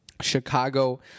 Chicago